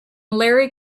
larry